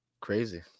Crazy